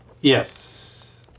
Yes